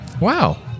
Wow